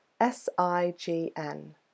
S-I-G-N